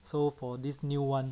so for this new [one]